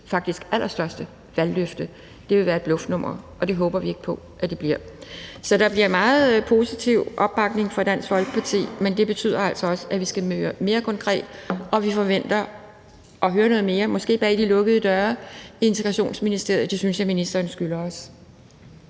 allerstørste valgløfte vil være et bluffnummer. Det håber vi ikke det bliver. Så der bliver en meget positiv opbakning fra Dansk Folkepartis side, men det betyder altså også, at vi skal høre om noget mere konkret, og at vi forventer at høre noget mere, måske bag de lukkede døre i Udlændinge- og Integrationsministeriet. Det synes jeg ministeren skylder os.